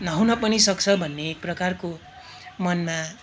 नहुन पनि सक्छ भन्ने एक प्रकारको मनमा